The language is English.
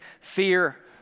fear